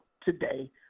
today